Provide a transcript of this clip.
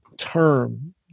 Term